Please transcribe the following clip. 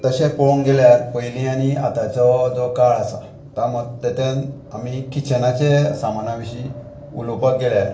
तशें पळोवंक गेल्यार पयलीं आनी आतांचो जो काळ आसा ता मत आमी किचनाचे सामाना विशीं उलोवपाक गेल्यार